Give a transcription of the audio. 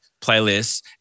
playlists